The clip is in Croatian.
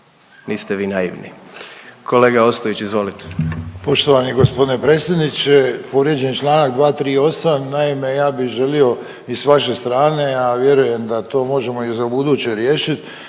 Niste vi naivni. Kolega Ostojić, izvolite.